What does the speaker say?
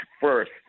first